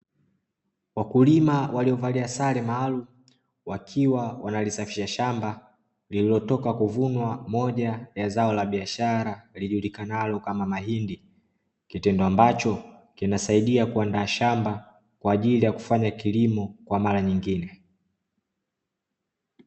Wakulima waliovalia sare maalumu wakiwa wanalisafisha shamba, lililotoka kuvunwa moja ya zao la biashara lijulikanalo kama mahindi, kitendo ambacho kinasaidia kuandaa shamba kwa ajili ya kufanya kilimo kwa mara nyingine.